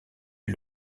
est